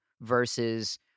versus